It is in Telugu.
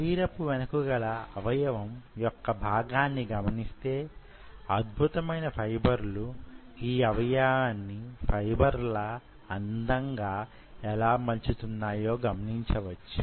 శరీరపు వెనుకనగల అవయవం యొక్క భాగాన్ని గమనిస్తే అద్భుతమైన ఫైబర్లు యి అవయవాన్ని ఫైబర్ లా అందంగా ఎలా మలుచుతున్నాయో గమనించవచ్చు